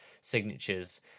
signatures